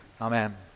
amen